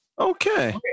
Okay